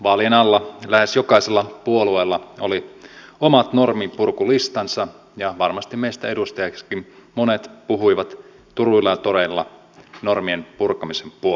vaalien alla lähes jokaisella puolueella oli omat norminpurkulistansa ja varmasti meistä edustajistakin monet puhuivat turuilla ja toreilla normien purkamisen puolesta